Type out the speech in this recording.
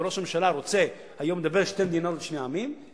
וראש הממשלה רוצה היום לדבר על שתי מדינות לשני עמים,